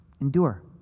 Endure